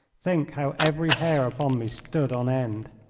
think how every hair upon me stood on end.